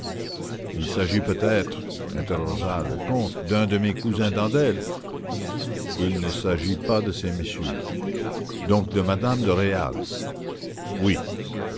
il s'agit peut-être interrogea le comte d'un de mes cousins d'andelle il ne s'agit pas de ces messieurs donc de m me de réal oui